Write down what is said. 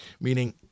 Meaning